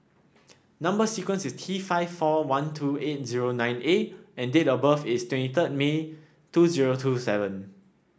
number sequence is T five four one two eight zero nine A and date of birth is twenty third May two zero two seven